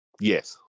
Yes